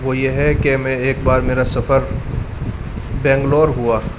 وہ یہ ہے کہ میں ایک بار میرا سفر بینگلور ہوا